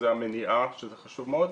זו המניעה, שהיא חשובה מאוד.